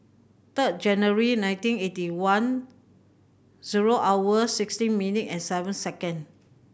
third January nineteen eighty one zero hour sixteen minute and seven second